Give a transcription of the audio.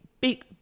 big